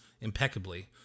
impeccably